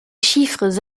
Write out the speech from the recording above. chiffres